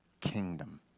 kingdom